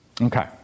Okay